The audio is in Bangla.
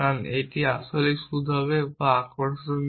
কারণ এটি আসলেই সুদ হবে যা মূলত আরও আকর্ষণীয়